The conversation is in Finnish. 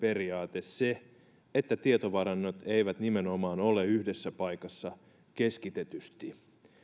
periaate se että tietovarannot eivät nimenomaan ole yhdessä paikassa keskitetysti